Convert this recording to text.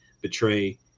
betray